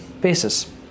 basis